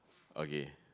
okay